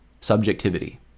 subjectivity